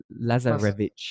Lazarevich